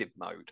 mode